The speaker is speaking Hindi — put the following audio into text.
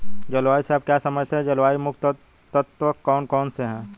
जलवायु से आप क्या समझते हैं जलवायु के मुख्य तत्व कौन कौन से हैं?